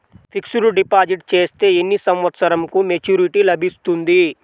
Fixed deposit చేస్తే ఎన్ని సంవత్సరంకు మెచూరిటీ లభిస్తుంది?